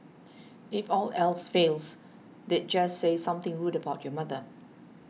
if all else fails they'd just say something rude about your mother